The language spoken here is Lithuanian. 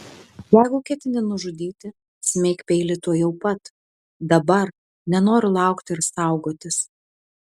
jeigu ketini nužudyti smeik peilį tuojau pat dabar nenoriu laukti ir saugotis